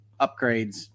upgrades